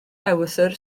ewythr